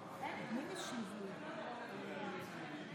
אדוני היושב-ראש.